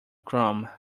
chrome